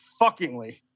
fuckingly